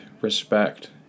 respect